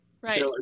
right